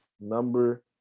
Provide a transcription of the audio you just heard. number